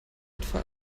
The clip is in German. etwa